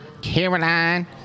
Caroline